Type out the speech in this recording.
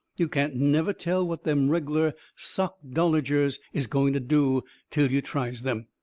you can't never tell what them reg'lar sockdologers is going to do till you tries them.